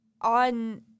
on